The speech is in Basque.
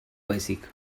baizik